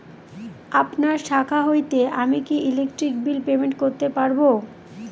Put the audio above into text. আপনার শাখা হইতে আমি কি ইলেকট্রিক বিল পেমেন্ট করতে পারব?